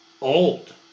old